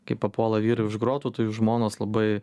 kaip papuola vyrai už grotų tai žmonos labai